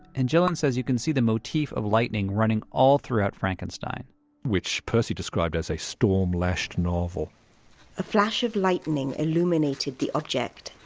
and gillen says you can see the motif of lightning running all throughout frankenstein which percy described as a storm-lashed novel a flash of lightning illuminated the object,